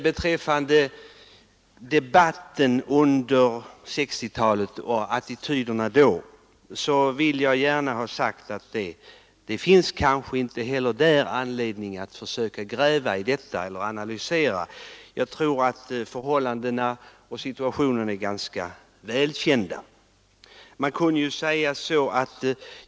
Beträffande debatten och attityderna under 1960-talet vill jag gärna ha sagt att det finns väl ingen orsak att försöka gräva i och analysera detta. Jag tror att förhållandena är ganska välkända.